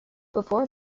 before